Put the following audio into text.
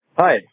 Hi